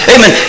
Amen